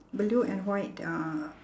blue and white uh